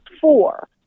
Four